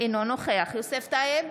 אינו נוכח יוסף טייב,